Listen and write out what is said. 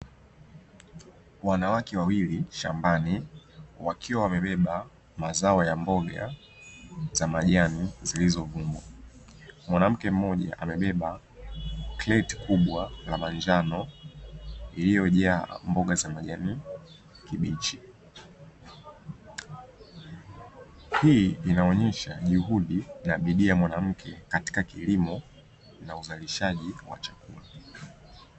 Wanawake wawili shambani, wakiwa wamebeba mazao ya mboga za majani zilizovunwa. Mwanamke mmoja amebeba creti kubwa la manjano iliyojaa mboga za majani kibichi. Hii inaonyesha juhudi na bidii ya mwanamke katika kilimo na uzalishaji wa chakula.